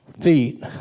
feet